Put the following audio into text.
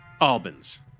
Albans